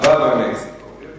תן לי